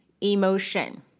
emotion